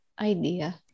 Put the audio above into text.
idea